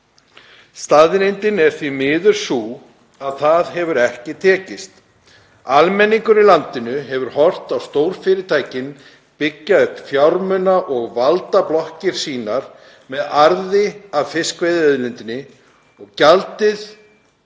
Staðreyndin er því miður sú að það hefur ekki tekist. Almenningur í landinu hefur horft á stórfyrirtækin byggja upp fjármuna- og valdablokkir sínar með arði af fiskveiðiauðlindinni og gjaldið